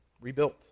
rebuilt